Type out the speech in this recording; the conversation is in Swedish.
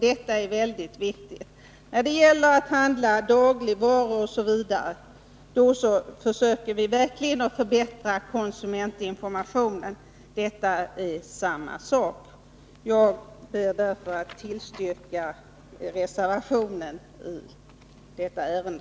Detta är viktigt att notera. När det gäller att handla dagligvaror osv. försöker vi att förbättra konsumentinformationen. Samma borde gälla här. Jag ber därför att få tillstyrka reservationen som är fogad till detta betänkande.